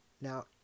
Now